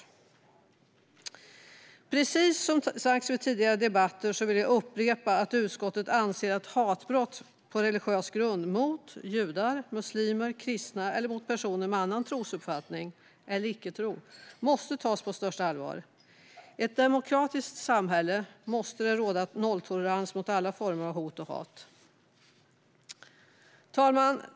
Jag vill upprepa det som sagts i tidigare debatter: Utskottet anser att hatbrott på religiös grund mot judar, muslimer, kristna och personer med annan trosuppfattning eller icke-tro måste tas på största allvar. I ett demokratiskt samhälle måste det råda nolltolerans mot alla former av hot och hat. Fru talman!